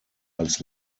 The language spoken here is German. als